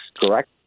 correct